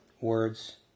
words